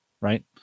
right